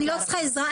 אני לא צריכה עזרה.